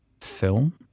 film